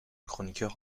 chroniqueur